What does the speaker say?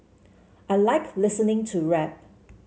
I like listening to rap